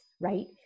right